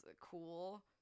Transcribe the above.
cool